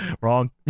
Wrong